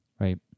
right